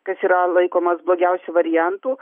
kas yra laikomas blogiausiu variantu